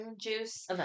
juice